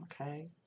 okay